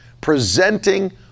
presenting